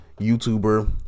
youtuber